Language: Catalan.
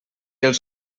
els